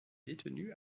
détenus